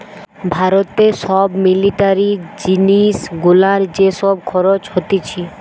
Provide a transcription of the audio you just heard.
ভারতে সব মিলিটারি জিনিস গুলার যে সব খরচ হতিছে